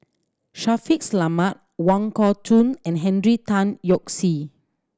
Shaffiq Selamat Wong Kah Chun and Henry Tan Yoke See